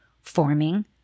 forming